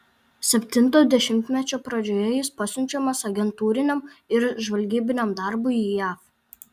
septinto dešimtmečio pradžioje jis pasiunčiamas agentūriniam ir žvalgybiniam darbui į jav